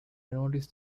noticed